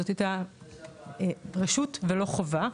זאת הייתה רשות ולא חובה,